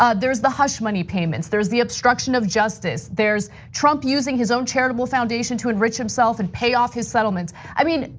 ah there's the hush money payments. there's the obstruction of justice. there's trump using his own charitable foundation to enrich himself and pay off his settlement. i mean,